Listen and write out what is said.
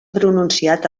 pronunciat